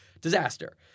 Disaster